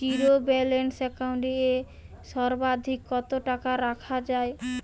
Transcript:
Zero balance account এ সর্বাধিক কত টাকা রাখা য়ায়?